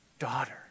Daughter